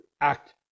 act